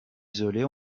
isolés